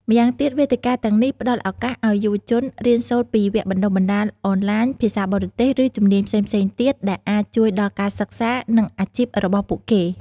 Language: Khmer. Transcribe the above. ម្យ៉ាងទៀតវេទិកាទាំងនេះផ្តល់ឱកាសឱ្យយុវជនរៀនសូត្រពីវគ្គបណ្តុះបណ្តាលអនឡាញ ភាសាបរទេស ឬជំនាញផ្សេងៗទៀត ដែលអាចជួយដល់ការសិក្សា និងអាជីពរបស់ពួកគេ។